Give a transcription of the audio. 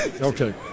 okay